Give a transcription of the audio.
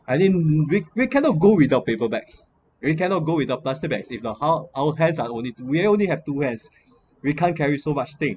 I didn't read we cannot go without paper bags you cannot go without plastic bags if we how hands are only we only have two hands we can't carry so much thing